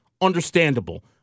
understandable